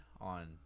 on